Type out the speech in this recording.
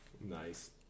Nice